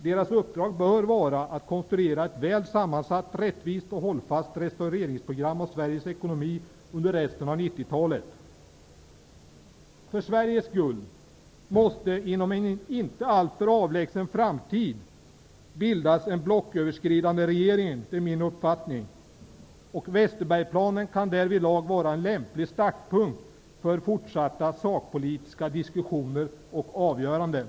Deras uppdrag bör vara att konstruera ett väl sammansatt, rättvist och hållfast restaureringsprogram för Sveriges ekonomi under resten av 90-talet. Min uppfattning är att det för Sveriges skull inom en inte alltför avlägsen framtid måste bildas en blocköverskridande regering. Westerbergplanen kan därvidlag vara en lämplig startpunkt för fortsatta sakpolitiska diskussioner och avgöranden.